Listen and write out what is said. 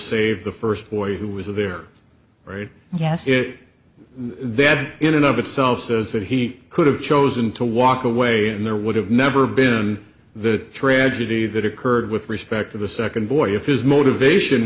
save the first boy who was there very yes it then in and of itself says that he could have chosen to walk away and there would have never been the tragedy that occurred with respect to the second boy if his motivation